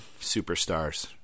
superstars